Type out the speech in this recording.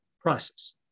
process